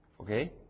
Okay